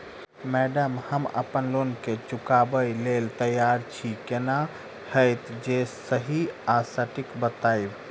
Madam हम अप्पन loan केँ चुकाबऽ लैल तैयार छी केना हएत जे सही आ सटिक बताइब?